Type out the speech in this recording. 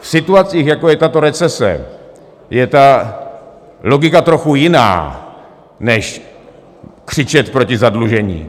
V situacích, jako je tato recese, je ta logika trochu jiná než křičet proti zadlužení.